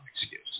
excuse